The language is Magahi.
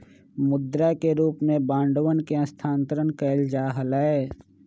मुद्रा के रूप में बांडवन के स्थानांतरण कइल जा हलय